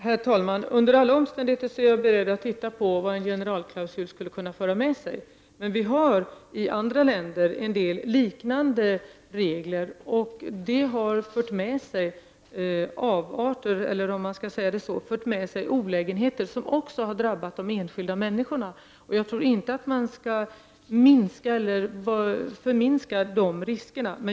Herr talman! Under alla omständigheter är jag beredd att titta på vad en generalklausul skulle kunna föra med sig. I andra länder finns dock en del liknande regler. De har fört med sig avarter eller — om man kan säga så — olägenheter, som också har drabbat de enskilda människorna. Jag tror inte att man skall förringa de riskerna.